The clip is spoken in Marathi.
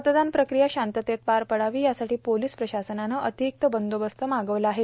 मतदान प्रक्रिया शांततेत पार पडावी यासाठी पोलिस प्रशासनानं अतिरिक्त बंदोबस्त मागवला आहे